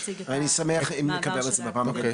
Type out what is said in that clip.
מצוין, אני אשמח אם אנחנו נדבר על זה בפעם אחר,